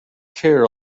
care